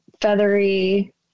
feathery